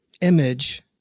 image